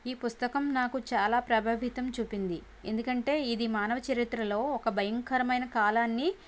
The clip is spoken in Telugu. ఈ పుస్తకం నాకు చాలా ప్రభావితం చూపింది ఎందుకంటే ఇది మానవ చరిత్రలో ఒక భయంకరమైన కాలాన్ని